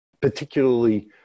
particularly